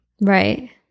Right